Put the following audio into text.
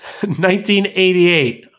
1988